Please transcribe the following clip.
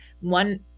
one